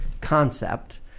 concept